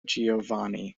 giovanni